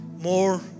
more